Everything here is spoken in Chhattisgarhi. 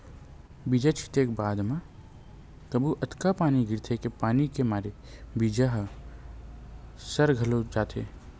बीजा छिते के बाद म कभू अतका पानी गिरथे के पानी के मारे बीजा ह सर घलोक जाथे